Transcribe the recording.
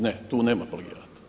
Ne, tu nema plagijata.